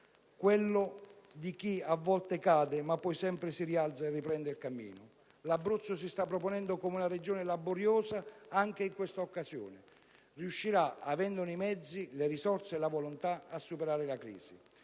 quello di chi a volte cade, ma poi sempre si rialza e riprende il cammino. L'Abruzzo si sta proponendo come una Regione laboriosa anche in quest'occasione: riuscirà, avendone i mezzi, le risorse e la volontà, a superare la crisi.